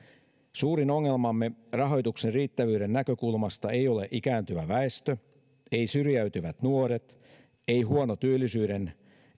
suurin ongelmamme rahoituksen riittävyyden näkökulmasta ei ole ikääntyvä väestö ei syrjäytyvät nuoret ei huono työllisyyden